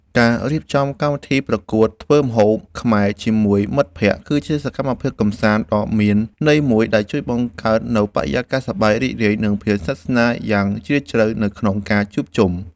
ការរៀបចំកម្មវិធីប្រកួតធ្វើម្ហូបខ្មែរជាមួយមិត្តភក្តិ គឺជាសកម្មភាពកម្សាន្តដ៏មានន័យមួយ ដែលជួយបង្កើតនូវបរិយាកាសសប្បាយរីករាយ និងភាពស្និទ្ធស្នាលយ៉ាងជ្រាលជ្រៅនៅក្នុងការជួបជុំ។